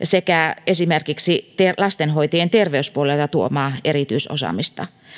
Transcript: sekä esimerkiksi lastenhoitajien terveyspuolelta tuomaa erityisosaamista